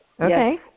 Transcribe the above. Okay